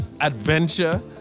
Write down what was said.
adventure